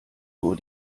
nur